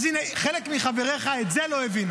אז הינה, חלק מחבריך, את זה לא הבינו.